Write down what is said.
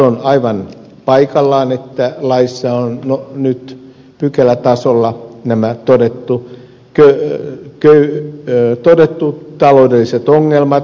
on aivan paikallaan että laissa on nyt pykälätasolla todettu nämä taloudelliset ongelmat